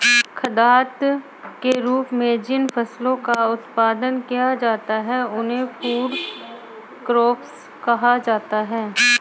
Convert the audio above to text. खाद्यान्न के रूप में जिन फसलों का उत्पादन किया जाता है उन्हें फूड क्रॉप्स कहा जाता है